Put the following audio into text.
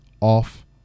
off